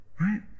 right